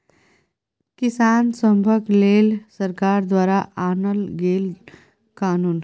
किसान सभक लेल सरकार द्वारा आनल गेल कानुन